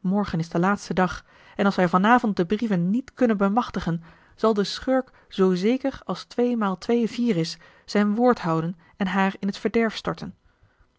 morgen is de laatste dag en als wij van avond de brieven niet kunnen bemachtigen zal de schurk zoo zeker als twee maal twee vier is zijn woord houden en haar in t verderf storten